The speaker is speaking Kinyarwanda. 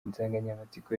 insanganyamatsiko